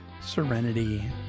serenity